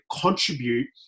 contribute